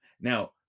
now